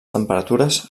temperatures